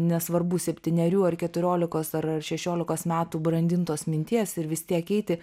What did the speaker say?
nesvarbu septynerių ar keturiolikos ar šešiolikos metų brandintos minties ir vis tiek eiti